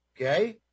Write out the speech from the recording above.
Okay